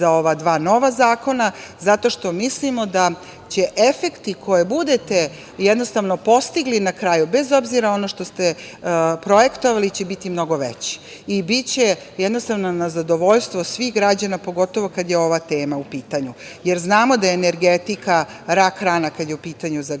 za ova dva nova zakona, zato što mislimo da će efekti koje budete postigli na kraju, bez obzira na ono što ste projektovali, biti mnogo veći. I biće jednostavno na zadovoljstvo svih građana, pogotovo kad je ova tema u pitanju. Znamo da je energetika rak-rana kada je u pitanju zagađenje,